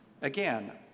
Again